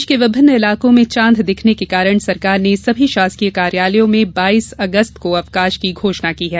देश के विभिन्न इलाकों में चांद दिखने के कारण सरकार ने समी शासकीय कार्यालयों में बाईस अगस्त को अवकाश की घोषणा की है